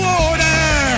order